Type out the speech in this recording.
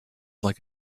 like